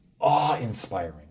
awe-inspiring